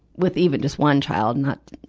with even just one child, not,